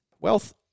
wealth